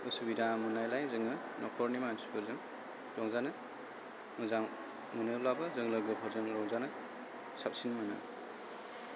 उसुबिदा मोननायलाय जों न'खरनि मानसिफोरजों रंजानो मोजां मोनोब्लाबो जों लोगोफोरजों रंजानो साबसिन मोनो